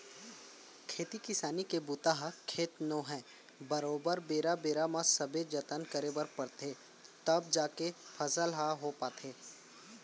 खेती किसानी के बूता ह खेत नो है बरोबर बेरा बेरा म सबे जतन करे बर परथे तव जाके फसल ह हो पाथे